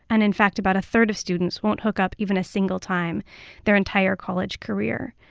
and in fact, about a third of students won't hook up even a single time their entire college career.